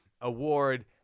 award